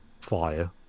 fire